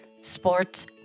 sports